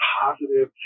positive